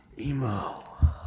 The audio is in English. Emo